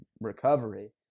recovery